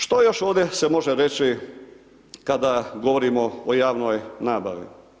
Što još ovdje se može reći kada govorimo o javnoj nabavi?